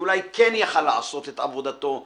שאולי כן יכול לעשות את עבודתו נאמנה,